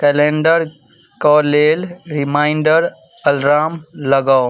कैलेंडरके लेल reminder alarm लगाउ